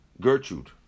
Gertrude